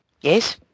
Yes